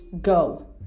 go